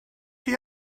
chi